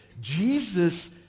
Jesus